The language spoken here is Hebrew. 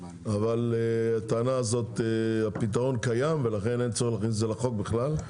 אבל הפתרון קיים ולכן אין צורך להכניס את זה לחוק בכלל.